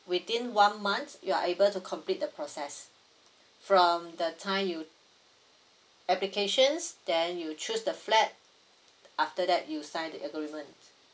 within one month you are able to complete the process from the time you applications then you choose the flat after that you sign the agreement